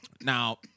Now